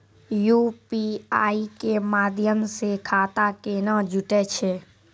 UPI के माध्यम से खाता केना जुटैय छै?